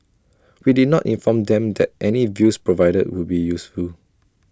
we did not inform them that any views provided would be useful